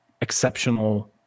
exceptional